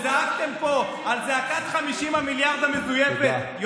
זעקתם פה על זעקת 50 המיליארד המזויפת.